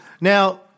Now